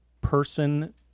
person